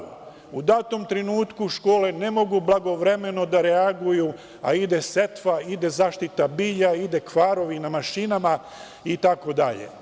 U datom trenutku škole ne mogu blagovremeno da reaguju, a ide setva, ide zaštita bilja, idu kvarovi na mašinama itd.